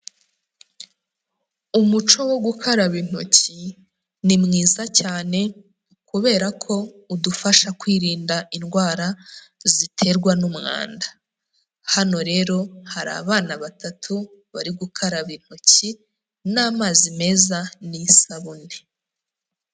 Umuco wo gukaraba intoki ni mwiza cyane kubera ko udufasha kwirinda indwara ziterwa n'umwanda, hano rero hari abana batatu bari gukaraba intoki n'amazi meza n'isabune.